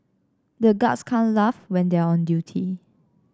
the guards can't laugh when they are on duty